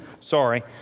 Sorry